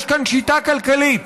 יש כאן שיטה כלכלית